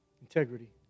Integrity